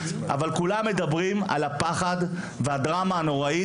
אבל כולם מדברים על הפחד והדרמה הנוראית,